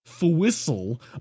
whistle